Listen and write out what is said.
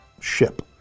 ship